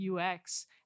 UX